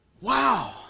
Wow